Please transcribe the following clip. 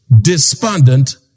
despondent